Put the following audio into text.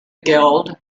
guild